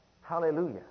Hallelujah